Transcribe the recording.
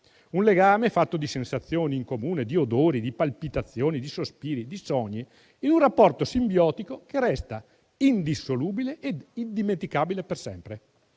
un legame fatto di sensazioni in comune, di odori, di palpitazioni, di sospiri, di sogni, in un rapporto simbiotico che resta indissolubile e indimenticabile per sempre.